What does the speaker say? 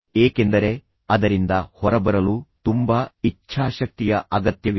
ಏಕೆಂದರೆ ಅದರಿಂದ ಹೊರಬರಲು ತುಂಬಾ ಇಚ್ಛಾಶಕ್ತಿಯ ಅಗತ್ಯವಿದೆ